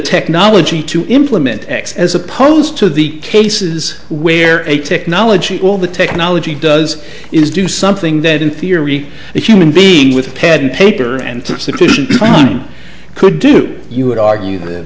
technology to implement x as opposed to the cases where a technology all the technology does is do something that in theory a human being with pen paper and fine could do you would argue that